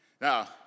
Now